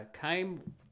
Came